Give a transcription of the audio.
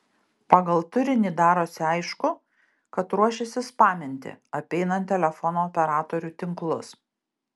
pagal turinį darosi aišku kad ruošiasi spaminti apeinant telefono operatorių tinklus